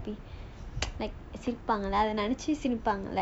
சிரிப்பாங்கல அத நெனச்சி சிரிப்பாங்கல:siripaangala adha nenachi siripaangala